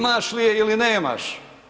Imaš li je ili nemaš.